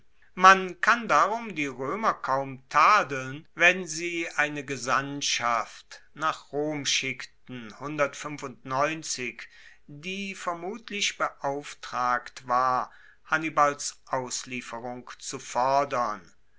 man kann darum die roemer kaum tadeln wenn sie eine gesandtschaft nach karthago schickten die vermutlich beauftragt war hannibals auslieferung zu fordern